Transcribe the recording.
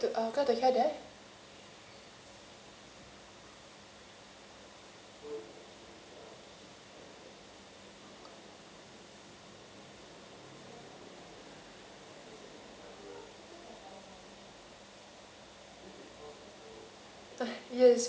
uh I'm great to uh come to hear that